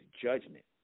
judgment